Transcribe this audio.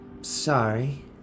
Sorry